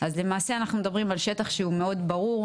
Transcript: אז למעשה אנחנו מדברים על שטח שהוא מאוד ברור,